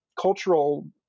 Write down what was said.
cultural